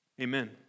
Amen